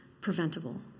preventable